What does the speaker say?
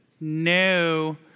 No